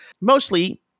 Mostly